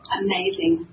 amazing